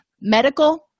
Medical